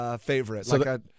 favorite